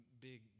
big